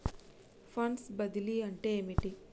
Funds బదిలీ అంటే ఏమిటి?